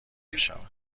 میشود